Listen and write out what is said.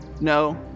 No